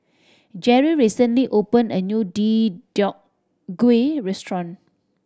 Jerrie recently opened a new Deodeok Gui restaurant